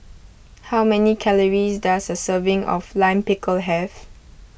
how many calories does a serving of Lime Pickle have